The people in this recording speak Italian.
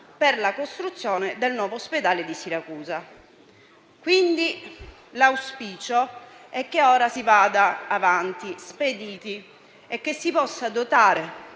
per la costruzione del nuovo ospedale di Siracusa. L'auspicio è quindi che ora si vada avanti spediti e che si possano dotare